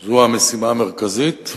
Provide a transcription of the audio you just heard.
זו המשימה המרכזית.